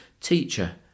Teacher